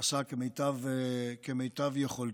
עשה כמיטב יכולתו,